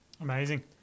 Amazing